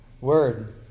word